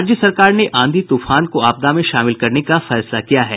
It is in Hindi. राज्य सरकार ने आंधी तूफान को आपदा में शामिल करने का फैसला किया है